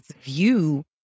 view